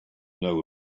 know